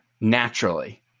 naturally